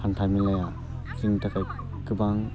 हान्था मेलाया जोंनि थाखाय गोबां